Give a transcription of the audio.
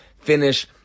finish